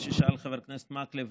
מה ששאל חבר הכנסת מקלב,